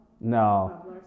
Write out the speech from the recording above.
No